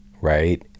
right